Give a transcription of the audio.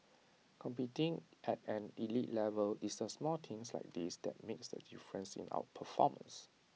competing at an elite level it's A small things like this that makes the difference in our performance